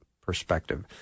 perspective